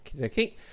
Okay